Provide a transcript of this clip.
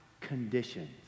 conditions